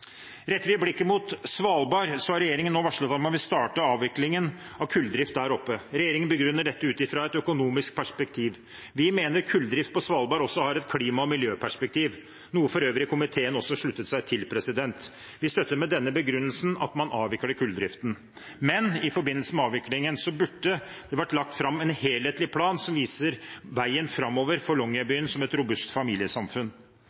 Retter vi blikket mot Svalbard, har regjeringen nå varslet at man vil starte avviklingen av kulldrift der. Regjeringen begrunner dette ut fra et økonomisk perspektiv. Vi mener kulldrift på Svalbard også har et klima- og miljøperspektiv, noe for øvrig også komiteen sluttet seg til. Vi støtter – med denne begrunnelsen – at man avvikler kulldriften. Men i forbindelse med avviklingen burde det ha vært lagt fram en helhetlig plan som viser veien framover for